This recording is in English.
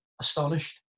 astonished